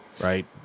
Right